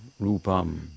rupam